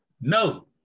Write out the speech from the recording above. No